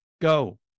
go